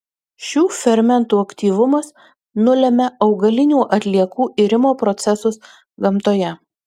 šių fermentų aktyvumas nulemia augalinių atliekų irimo procesus gamtoje